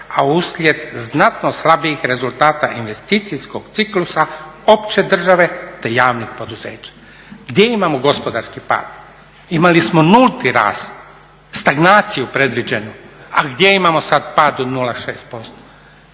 a uslijed znatno slabijih rezultata investicijskog ciklusa opće države ta javnih poduzeća. Gdje imamo gospodarski pad? Imali smo nulti rast, stagnaciju predviđenu, a gdje imamo sad pad od 0,6%?